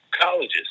colleges